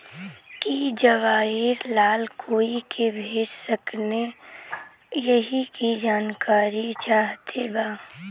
की जवाहिर लाल कोई के भेज सकने यही की जानकारी चाहते बा?